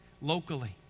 locally